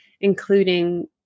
including